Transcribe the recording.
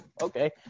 okay